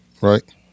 right